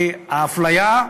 כי האפליה,